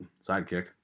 sidekick